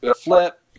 Flip